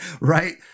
Right